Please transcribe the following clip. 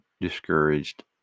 discouraged